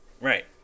Right